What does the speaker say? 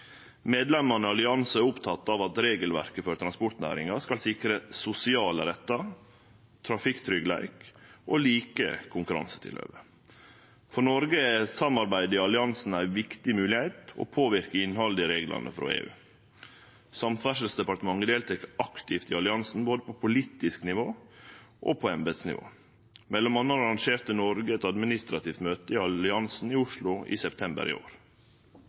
i alliansen er opptekne av at regelverket for transportnæringa skal sikre sosiale rettar, trafikktryggleik og like konkurransetilhøve. For Noreg er samarbeidet i alliansen ei viktig moglegheit for å påverke innhaldet i reglane frå EU. Samferdselsdepartementet deltek aktivt i alliansen, både på politisk nivå og på embetsnivå. Mellom anna arrangerte Noreg eit administrativt møte i alliansen i Oslo i september i år.